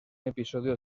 episodio